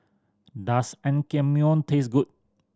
does Naengmyeon taste good